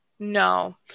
No